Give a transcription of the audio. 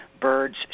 birds